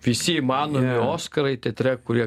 visi įmanomi oskarai teatre kurie